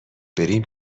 بریم